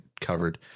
covered